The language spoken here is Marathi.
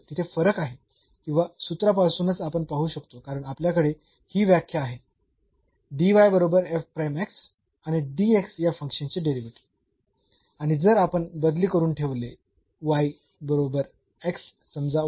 तर तिथे फरक आहे किंवा सूत्रापासूनच आपण पाहू शकतो कारण आपल्याकडे ही व्याख्या आहे बरोबर आणि या फंक्शनचे डेरिव्हेटिव्ह आणि जर आपण बदली करून ठेवले बरोबर समजा